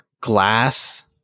Glass